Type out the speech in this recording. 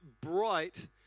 bright